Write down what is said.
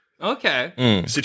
Okay